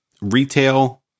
retail